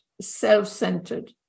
self-centered